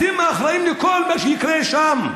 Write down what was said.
אתם האחראים לכל מה שיקרה שם.